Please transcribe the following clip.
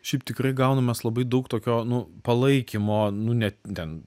šiaip tikrai gaunam mes labai daug tokio nu palaikymo nu ne ten